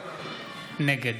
נגד